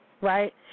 right